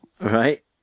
Right